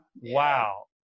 Wow